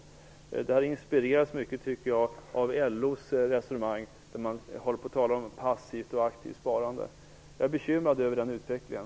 Jag tycker att detta har inspirerats mycket av LO:s resonemang där man talar om passivt och aktivt sparande. Jag är bekymrad över den utvecklingen.